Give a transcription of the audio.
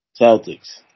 Celtics